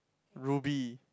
ruby